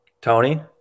Tony